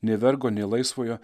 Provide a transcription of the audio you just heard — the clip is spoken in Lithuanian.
nei vergo nei laisvojo